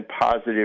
positive